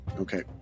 Okay